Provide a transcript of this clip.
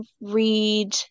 read